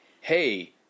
hey